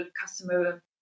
customer